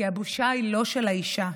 כי הבושה היא לא של האישה,